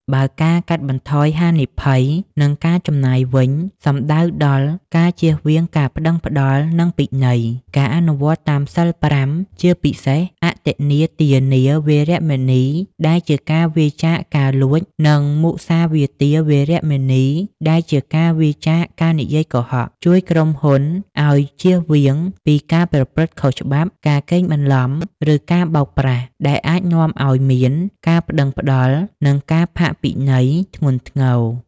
បើការកាត់បន្ថយហានិភ័យ និងការចំណាយវិញ សំដៅដល់ ការជៀសវាងការប្ដឹងផ្ដល់ និងពិន័យ: ការអនុវត្តតាមសីល៥ ជាពិសេស អទិន្នាទានា វេរមណី ដែលជាការវៀរចាកការលួច និង មុសាវាទា វេរមណី ដែលជាការវៀរចាកការនិយាយកុហក ជួយក្រុមហ៊ុនឱ្យ ជៀសវាងពីការប្រព្រឹត្តខុសច្បាប់ ការកេងបន្លំ ឬការបោកប្រាស់ ដែលអាចនាំឱ្យមាន ការប្ដឹងផ្ដល់ និងការផាកពិន័យ ធ្ងន់ធ្ងរ។